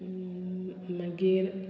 मागीर